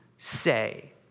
Say